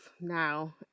now